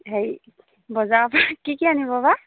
হেৰি বজাৰৰ পৰা কি কি আনিব বা